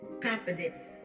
confidence